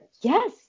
Yes